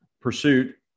pursuit